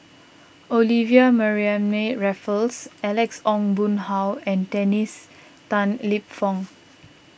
Olivia Mariamne Raffles Alex Ong Boon Hau and Dennis Tan Lip Fong